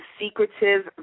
secretive